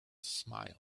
smiled